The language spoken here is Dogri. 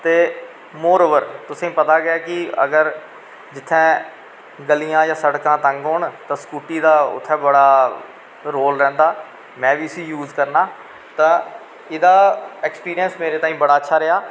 ते मोरओवर तुसेंगी पता गै ऐ कि अगर जित्थै गलियां जां सड़कां तंग होन तां स्कूटी दा उत्थै बड़ा रोल रैंह्दा में बी इस्सी यूज करना तां इह्दा अक्सपीरियंस मेरे ताईं बड़ा अच्छा रेहा